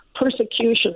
persecution